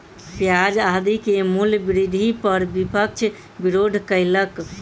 प्याज आदि के मूल्य वृद्धि पर विपक्ष विरोध कयलक